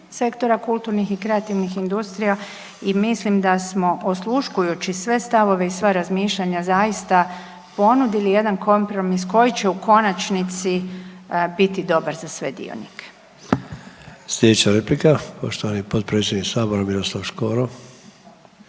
sektora kulturnih i kreativnih industrija i mislim da smo osluškujući sve stavove i sva razmišljanja zaista ponudili jedan kompromis koji će u konačnici biti dobar za sve dionike.